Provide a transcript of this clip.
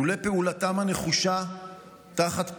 לולא פעולתם הנחושה תחת פיקודם,